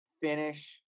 finish